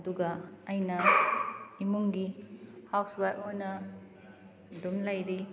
ꯑꯗꯨꯒ ꯑꯩꯅ ꯏꯃꯨꯡꯒꯤ ꯍꯥꯎꯁ ꯋꯥꯏꯐ ꯑꯣꯏꯅ ꯑꯗꯨꯝ ꯂꯩꯔꯤ